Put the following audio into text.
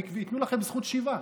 הם ייתנו לכם זכות שיבה.